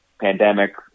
pandemic